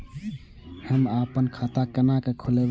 हम आपन खाता केना खोलेबे?